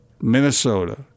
Minnesota